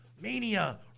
Mania